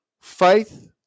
faith